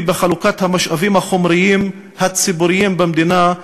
בחלוקת המשאבים החומריים הציבוריים במדינה,